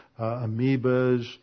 amoebas